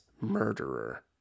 murderer